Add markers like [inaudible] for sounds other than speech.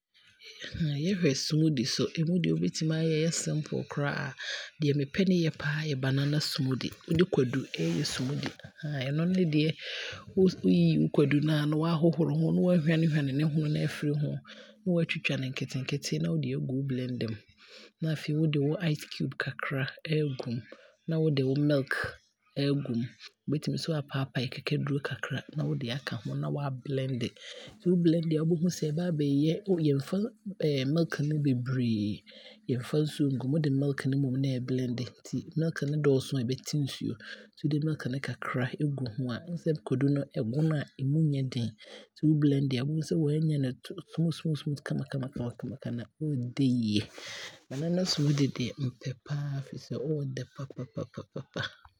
[hesitation] Sɛ yɛhwɛ smoothie nso ɛmu nea wobetumi aayɛ a ɛyɛ simple koraa ne mepɛ ne yɛ paa yɛ, banana smoothie, wode kwadu ɛɛyɛ smoothie. [hesitation] Ɛno no deɛ wooyiyi wo kwadu no a, na waahohoro ho na wahwane hwane ne hono no aafri ho na waatwitwa no nketenkete na wode aagu wo blender mu na afei wode wo ice cube kakra aagu, na wode wo milk aagum wobɛtumi nso apae pae kakaduro kakra na wode aaka ho, na waa blende. Nti wo blende a wobɛhu sɛ ɛbɛba abɛyɛɛ [hesitation] yɛmfa [hesitation] milk no beberee, yɛmfa nsuo ngu mu wode milk no mmom na ɛɛblende, nti wo milk no dɔɔso aa ɛbɛte nsuo, nti wode milk no kakra ɛgu ho a, wahu sɛ kwadu ɛgono a ɛmu ɛnyɛ den nti wo blende a, wobɛhunu sɛ waanya no smooth smooth smooth kamakamakama na ɔɔdɛ yie, banana smoothie deɛ, mepɛ paa efisɛ ɔɔdɛ yie.